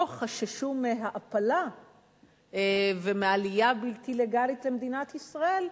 חששו מהעפלה ומעלייה בלתי לגלית למדינת ישראל,